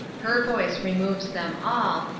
her voice removes them all,